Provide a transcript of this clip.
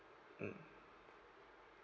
mm